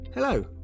Hello